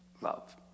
love